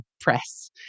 press